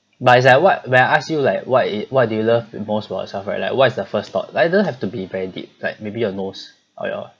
but it's like what when I ask you like what is what do you love most about yourself like what is the first thought either have to be very deep like maybe your nose or your